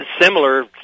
similar